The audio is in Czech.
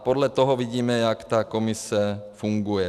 Podle toho vidíme, jak ta Komise funguje.